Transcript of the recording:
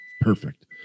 Perfect